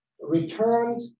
Returned